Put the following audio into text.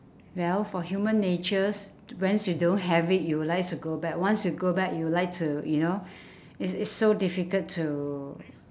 well for human natures whens you don't have it you would like to go back once you go back you would like to you know it's it's so difficult to